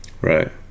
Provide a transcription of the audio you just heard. right